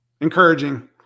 Encouraging